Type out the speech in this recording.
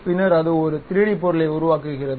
பின்னர் அது ஒரு 3D பொருளை உருவாக்குகிறது